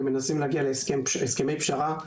ומנסים להגיע להסכמי פשרה,